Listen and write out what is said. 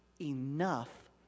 enough